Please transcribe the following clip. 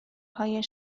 های